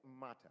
matter